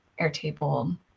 airtable